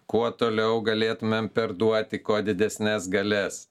kuo toliau galėtumėm perduoti kuo didesnes galias